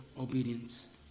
obedience